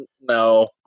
no